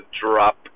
drop